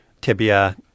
tibia